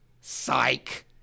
Psych